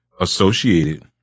associated